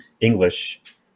english